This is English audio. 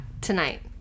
tonight